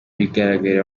bigaragarira